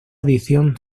adición